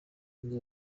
nibwo